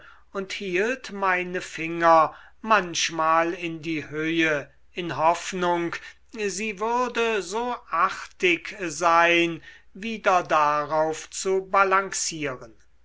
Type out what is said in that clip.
und hielt meine finger manchmal in die höhe in hoffnung sie würde so artig sein wieder darauf zu balancieren